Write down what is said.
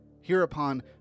Hereupon